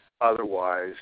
otherwise